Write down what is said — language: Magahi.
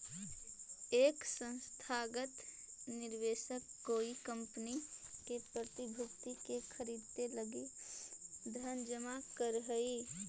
एक संस्थागत निवेशक कोई कंपनी के प्रतिभूति के खरीदे लगी धन जमा करऽ हई